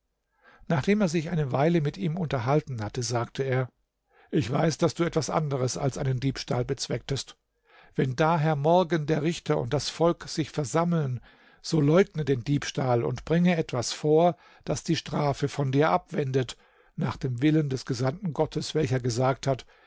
nachdem er sich eine weile mit ihm unterhalten hatte sagte er ich weiß daß du etwas anderes als einen diebstahl bezwecktest wenn daher morgen der richter und das volk sich versammeln so leugne den diebstahl und bringe etwas vor das die strafe von dir abwendet nach dem willen des gesandten gottes welcher gesagt hat